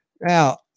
Now